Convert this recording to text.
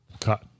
cut